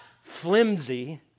flimsy